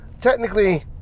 technically